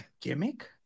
gimmick